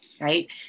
right